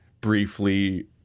briefly